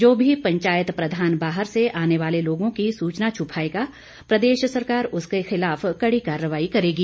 जो भी पंचायत प्रधान बाहर से आने वाले लोगों की सूचना छुपाएगा प्रदेश सरकार उसके खिलाफ कड़ी कार्रवाई करेगा